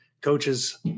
coaches